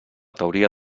teoria